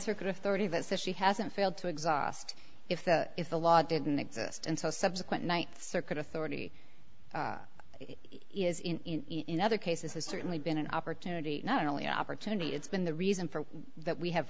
circuit authority that says she hasn't failed to exhaust if that is the law didn't exist until subsequent ninth circuit authority is in other cases has certainly been an opportunity not only opportunity it's been the reason for that we have